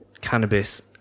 cannabis